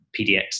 PDX